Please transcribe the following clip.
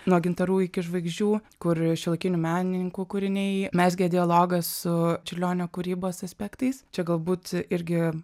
nuo gintarų iki žvaigždžių kur šiuolaikinių menininkų kūriniai mezgė dialogą su čiurlionio kūrybos aspektais čia galbūt irgi